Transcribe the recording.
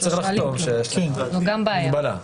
זאת גם בעיה.